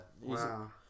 Wow